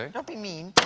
ah don't be mean.